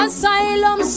Asylum